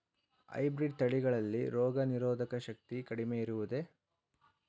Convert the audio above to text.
Hybrid ತಳಿಗಳಲ್ಲಿ ರೋಗನಿರೋಧಕ ಶಕ್ತಿ ಕಡಿಮೆ ಇರುವುದೇ?